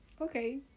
okay